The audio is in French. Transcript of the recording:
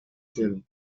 sels